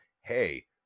hey